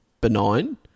benign